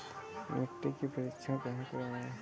मिट्टी का परीक्षण कहाँ करवाएँ?